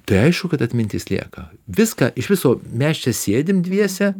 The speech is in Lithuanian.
tai aišku kad atmintis lieka viską iš viso mes čia sėdim dviese